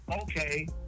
okay